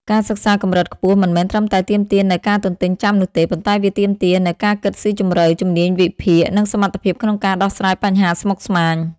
ការសិក្សាកម្រិតខ្ពស់មិនមែនត្រឹមតែទាមទារនូវការទន្ទេញចាំនោះទេ ប៉ុន្តែវាទាមទារនូវ ការគិតស៊ីជម្រៅ ជំនាញវិភាគ និងសមត្ថភាពក្នុងការដោះស្រាយបញ្ហាស្មុគស្មាញ។